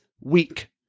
week